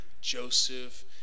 Joseph